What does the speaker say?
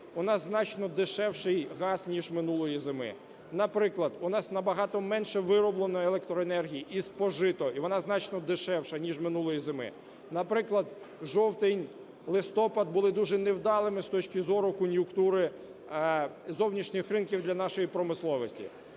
у нас значно дешевший газ ніж минулої зими. Наприклад, у нас набагато менше вироблено електроенергії і спожито, і вона значно дешевша ніж минулої зими. Наприклад, жовтень, листопад були дуже невдалими з точки зору кон'юнктури зовнішніх ринків для нашої промисловості.